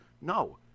No